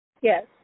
Yes